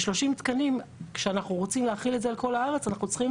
ו-30 תקנים כשאנחנו רוצים להחיל את זה על כל הארץ אנחנו צריכים